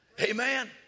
Amen